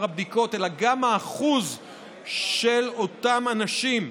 הבדיקות אלא גם האחוז של אותם אנשים,